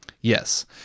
Yes